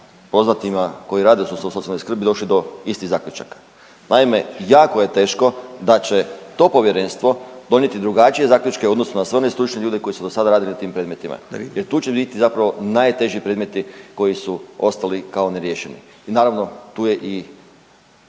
koji rade u sustavu socijalne skrbi došli do istih zaključaka. Naime, jako je teško da će to povjerenstvo donijeti drugačije zaključke u odnosu na sve one stručne ljude koji su dosada radili na tim predmetima jer tu će biti zapravo najteži predmeti koji su ostali kao neriješeni. Naravno tu je i